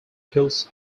kills